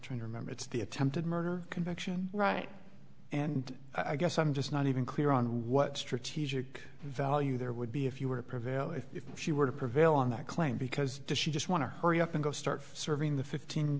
trying to remember it's the attempted murder conviction right and i guess i'm just not even clear on what strategic value there would be if you were to prevail if she were to prevail on that claim because she just want to hurry up and go start serving the fifteen